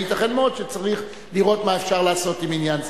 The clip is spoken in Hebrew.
וייתכן מאוד שצריך לראות מה אפשר לעשות עם עניין זה.